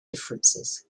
differences